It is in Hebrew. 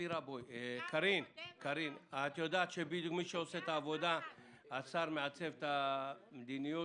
השר מעצב את המדיניות,